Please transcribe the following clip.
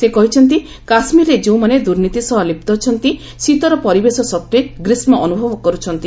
ସେ କହିଛନ୍ତି କାଶ୍ମୀରରେ ଯେଉଁମାନେ ଦୁର୍ନୀତି ସହ ଲିପ୍ତ ଅଛନ୍ତି ଶୀତର ପରିବେଶ ସତ୍ତ୍ୱେ ଗ୍ରୀଷ୍ମ ଅନୁଭବ କରୁଛନ୍ତି